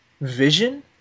Vision